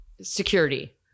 Security